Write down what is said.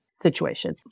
situation